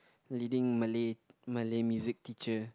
leading Malay Malay music teacher